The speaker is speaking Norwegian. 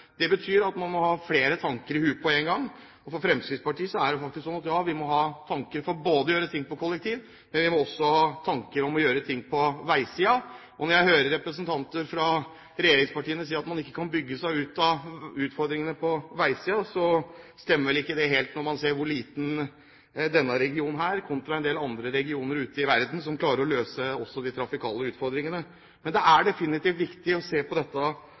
Det betyr at man må ha flere tanker i hodet på en gang. For Fremskrittspartiet er det faktisk sånn at vi både må ha tanker for å gjøre ting på kollektivsiden, og vi må også ha tanker for å gjøre ting for veisiden. Når jeg hører representanter fra regjeringspartiene si at man ikke kan bygge seg ut av utfordringene på veisiden, stemmer vel ikke det helt når man ser hvor liten denne regionen er, kontra en del andre regioner ute i verden som klarer å løse også de trafikale utfordringene. Men det er definitivt viktig å se på dette